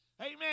Amen